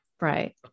Right